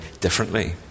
differently